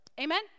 Amen